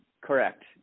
correct